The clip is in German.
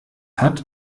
hat